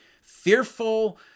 fearful